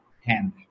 hand